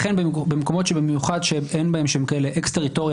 לכן במקומות שבמיוחד הם כאלה אקס-טריטוריה